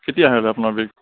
কেতিয়া হেৰালে আপোনাৰ বেগ